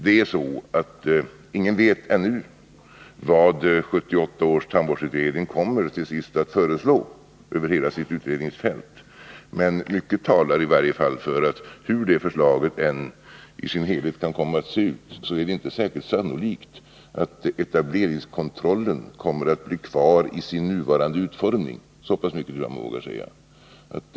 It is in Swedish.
Ingen vet ännu vad 1978 års tandvårdsutredning till sist kommer att föreslå över hela sitt utredningsfält. Mycket talar i varje fall för att det, hur förslaget i sin helhet än kan komma att se ut, inte är särskilt sannolikt att etableringskontrollen kommer att bli kvar i sin nuvarande utformning. Så pass mycket tror jag nog att jag vågar säga.